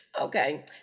Okay